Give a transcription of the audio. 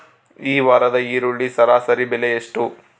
ಈ ವಾರದ ಈರುಳ್ಳಿ ಸರಾಸರಿ ಬೆಲೆ ಎಷ್ಟು?